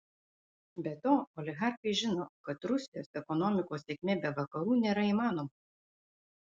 be to oligarchai žino kad rusijos ekonomikos sėkmė be vakarų nėra įmanoma